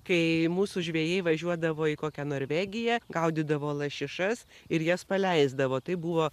kai mūsų žvejai važiuodavo į kokią norvegiją gaudydavo lašišas ir jas paleisdavo tai buvo